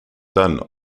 done